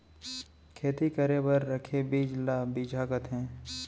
खेती करे बर रखे बीज ल बिजहा कथें